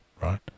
right